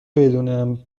بدونم